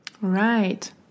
Right